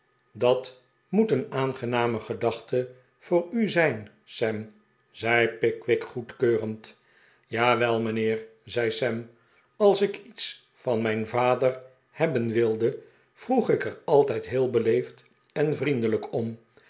dat moet een aangename gedachte voor u zijn sam zei pickwick goedkeurend jawel mijnheer zei sam ais ik iets van mijn vader hebben wilde vroeg ik er altijd heel beleefd en vriendelijk om